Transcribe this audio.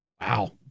Wow